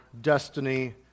destiny